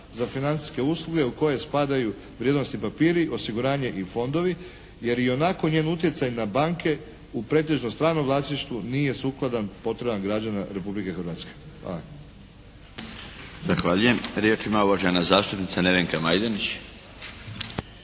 za financijske usluge u koje spadaju vrijednosni papiri, osiguranje i fondovi jer ionako njen utjecaj na banke u pretežno stranom vlasništvu nije sukladan potrebama građana Republike Hrvatske. Hvala. **Milinović, Darko (HDZ)** Zahvaljujem. Riječ ima uvažena zastupnica Nevenka Majdenić.